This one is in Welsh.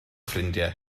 ffrindiau